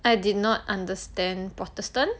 I did not understand protestant